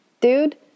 dude